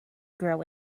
grow